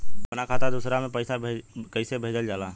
अपना खाता से दूसरा में पैसा कईसे भेजल जाला?